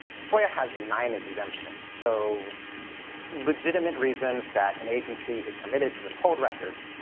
foia has nine exemptions. so legitimate reasons that an agency is permitted to withhold records.